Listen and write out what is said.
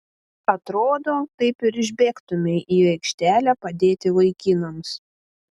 atrodo taip ir išbėgtumei į aikštelę padėti vaikinams